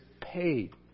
paid